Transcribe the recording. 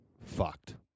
fucked